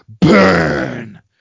Burn